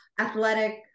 athletic